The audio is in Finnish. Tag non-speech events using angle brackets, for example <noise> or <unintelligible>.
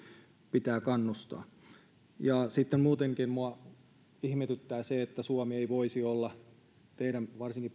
pitää kannustaa sitten muutenkin minua ihmetyttää se että suomi ei voisi olla varsinkin <unintelligible>